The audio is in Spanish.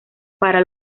para